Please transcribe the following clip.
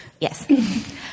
Yes